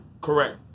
Correct